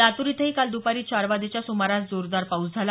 लातूर इथंही काल दपारी चार वाजेच्या सुमारास जोरदार पाऊस झाला